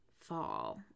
fall